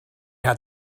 had